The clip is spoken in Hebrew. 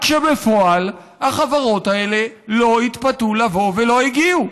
רק שבפועל החברות האלה לא התפתו לבוא ולא הגיעו.